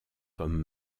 comme